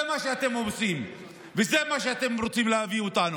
זה מה שאתם עושים וזה מה שאתם רוצים להביא אותנו.